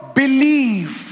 believe